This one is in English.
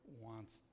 wants